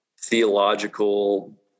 theological